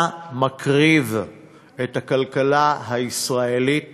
אתה מקריב את הכלכלה הישראלית